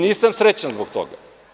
Nisam srećan zbog toga.